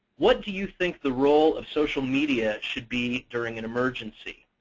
what do you think the role of social media should be during an emergency?